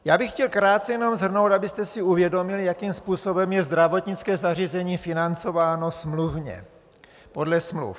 Jenom bych chtěl krátce shrnout, abyste si uvědomili, jakým způsobem je zdravotnické zařízení financováno smluvně, podle smluv.